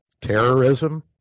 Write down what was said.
terrorism